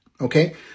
okay